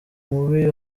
mubi